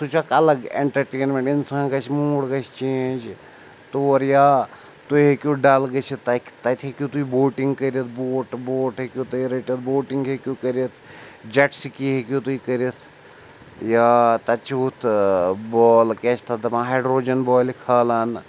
سُہ چھُ اکھ الگ اٮ۪نٹَرٹینمٮ۪نٛٹ اِنسان گژھِ موٗڈ گَژھِ چینٛج تور یا تُہۍ ہیٚکِو ڈَل گٔژھِتھ تَتہِ تَتہِ ہیٚکِو تُہۍ بوٹِنٛگ کٔرِتھ بوٹ بوٹ ہیٚکِو تُہۍ رٔٹِتھ بوٹِنٛگ ہیٚکِو کٔرِتھ جَٹ سِکی ہیٚکِو تُہۍ کٔرِتھ یا تَتہِ چھِ ہُتھ بال کیٛاہ چھِ تَتھ دَپان ہایڈرٛوجَن بالہِ کھالان